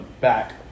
back